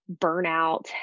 burnout